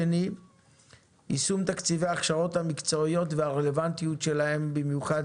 יישום תקציבי הכשרות מקצועיות והרלוונטיות שלהן במיוחד